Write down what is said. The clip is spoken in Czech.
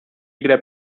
kde